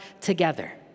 together